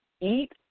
eat